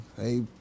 Hey